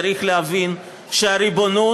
צריך להבין שהריבונות,